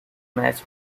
match